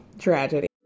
Tragedy